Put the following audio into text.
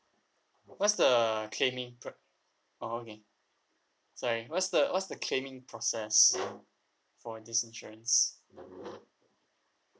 what's the claiming pr~ oh okay sorry what's the what's the claiming process for this insurance